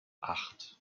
acht